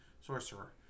Sorcerer